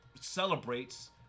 celebrates